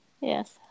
yes